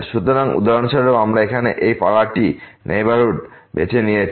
সুতরাং উদাহরণস্বরূপ আমরা এখানে এই পাড়াটি বেছে নিয়েছি